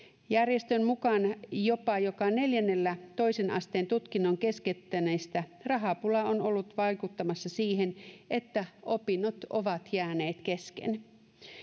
järjestön mukaan jopa joka neljännellä toisen asteen tutkinnon keskeyttäneistä rahapula on ollut vaikuttamassa siihen että opinnot ovat jääneet kesken